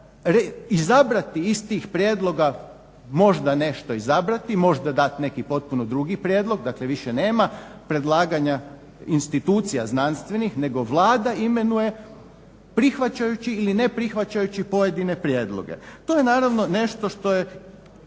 izabrati iz tih prijedloga možda nešto izabrati, možda dati neki potpuno drugi prijedlog. Dakle, više nema predlaganja institucija znanstvenih nego Vlada imenuje, prihvaćajući ili ne prihvaćajući pojedine prijedloge. To je naravno nešto što je